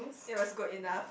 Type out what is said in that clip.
it was good enough